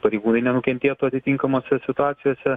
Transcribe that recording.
pareigūnai nenukentėtų atitinkamose situacijose